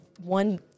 one-